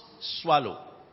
swallow